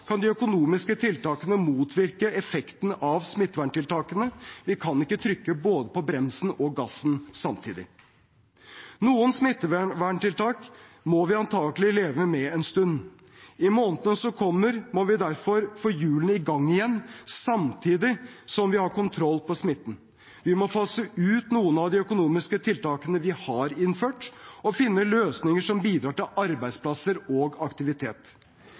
kan de økonomiske tiltakene motvirke effekten av smitteverntiltakene. Vi kan ikke trykke både på bremsen og gassen samtidig. Noen smitteverntiltak må vi antagelig leve med en stund. I månedene som kommer, må vi derfor få hjulene i gang igjen, samtidig som vi har kontroll på smitten. Vi må fase ut noen av de økonomiske tiltakene vi har innført, og finne løsninger som bidrar til arbeidsplasser og aktivitet.